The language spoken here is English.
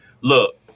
look